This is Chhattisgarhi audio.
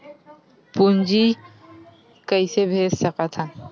पूंजी कइसे भेज सकत हन?